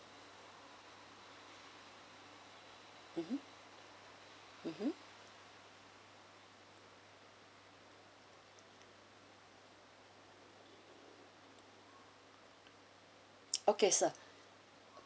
mmhmm mmhmm okay sir